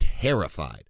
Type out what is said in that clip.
terrified